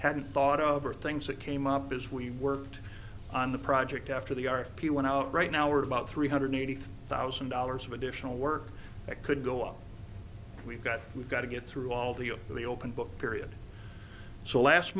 hadn't thought of or things that came up as we worked on the project after the r p one out right now we're about three hundred eighty thousand dollars of additional work that could go up we've got we've got to get through all the all the open book period so last